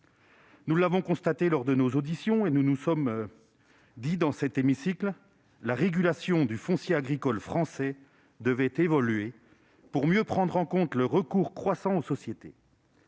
Nous l'avons constaté lors de nos auditions et nous nous le sommes dit dans cet hémicycle : la régulation du foncier agricole français devait évoluer pour mieux prendre en compte le recours croissant aux sociétés.